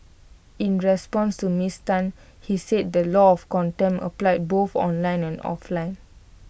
in response to miss Tan he said the law of contempt applied both online and offline